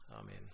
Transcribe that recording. Amen